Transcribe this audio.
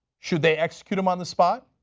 should they execute him on the spot?